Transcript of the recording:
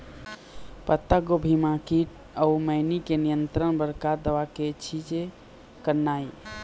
पत्तागोभी म कीट अऊ मैनी के नियंत्रण बर का दवा के छींचे करना ये?